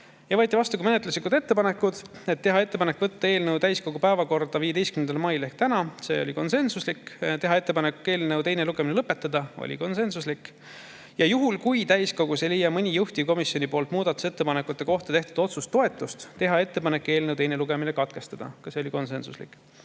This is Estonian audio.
Võeti vastu ka menetluslikud [otsused]. Teha ettepanek võtta eelnõu täiskogu päevakorda 15. mail ehk täna. See oli konsensuslik. Teha ettepanek eelnõu teine lugemine lõpetada. See oli konsensuslik. Ja juhul kui täiskogus ei leia mõni juhtivkomisjoni muudatusettepanekute kohta tehtud otsus toetust, teha ettepanek eelnõu teine lugemine katkestada. Ka see oli konsensuslik.